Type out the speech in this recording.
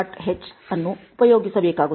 h ಅನ್ನು ಉಪಯೋಗಿಸಬೇಕಾಗುತ್ತದೆ